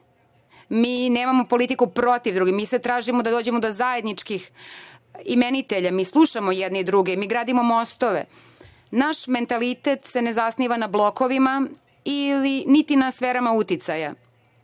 nemamo politiku protiv drugih. Mi sad tražimo da dođemo do zajedničkih imenitelja. Mi slušamo jedni druge. Mi gradimo mostove. Naš mentalitet se ne zasniva na blokovima, niti na sferama uticaja.